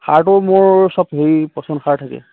সাৰটো মোৰ চব হেৰি পচন সাৰ থাকে